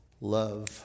love